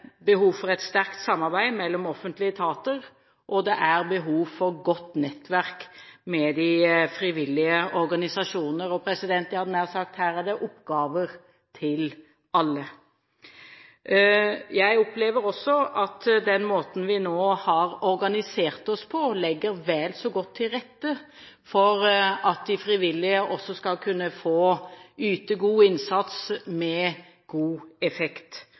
behov for et sterkt samarbeid mellom offentlige etater, og det er behov for et godt nettverk med de frivillige organisasjonene. Jeg hadde nær sagt at her er det oppgaver til alle. Jeg opplever også at den måten vi nå har organisert oss på, legger vel så godt til rette for at de frivillige også skal kunne få yte god innsats med god effekt.